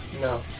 No